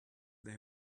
they